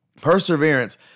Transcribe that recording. Perseverance